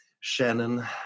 Shannon